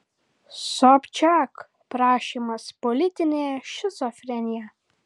sobčiak prašymas politinė šizofrenija